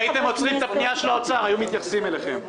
אם הייתם עוצרים לפנייה של האוצר היו מתייחסים אליכם.